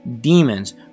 demons